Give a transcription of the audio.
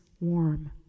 warm